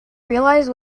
realize